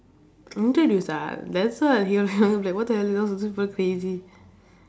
introduce ah that's why he'll like I'm like what the hell you're also super crazy